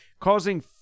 causing